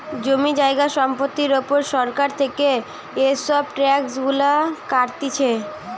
জমি জায়গা সম্পত্তির উপর সরকার থেকে এসব ট্যাক্স গুলা কাটতিছে